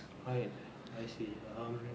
right I see um